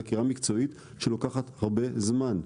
חקירה מקצועית שלוקחת הרבה זמן.